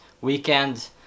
weekend